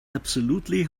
absolutely